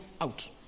out